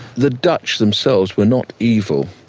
the dutch themselves were not evil,